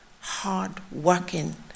hard-working